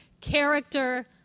Character